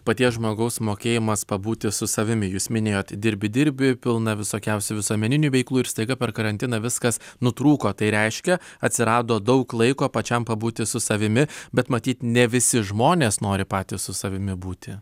paties žmogaus mokėjimas pabūti su savimi jūs minėjot dirbi dirbi pilna visokiausių visuomeninių veiklų ir staiga per karantiną viskas nutrūko tai reiškia atsirado daug laiko pačiam pabūti su savimi bet matyt ne visi žmonės nori patys su savimi būti